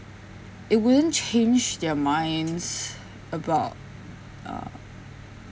it wouldn't change their minds about uh